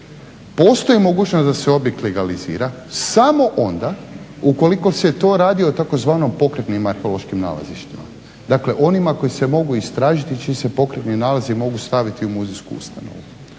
postoji mogućnost da se objekt legalizira samo onda ukoliko se to radi o tzv. pokretnim arheološkim nalazištima, dakle onima koji se mogu istražiti čim se pokretni nalazi mogu staviti u muzejsku ustanovu.